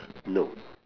no